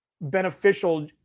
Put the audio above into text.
beneficial